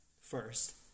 first